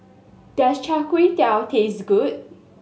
does Char Kway Teow taste good